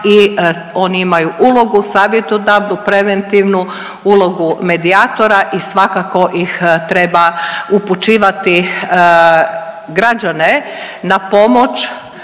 i oni imaju ulogu savjetodavnu, preventivnu, ulogu medijatora i svakako ih treba upućivati građane na pomoć,